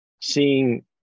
seeing